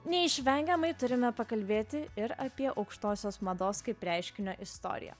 neišvengiamai turime pakalbėti ir apie aukštosios mados kaip reiškinio istoriją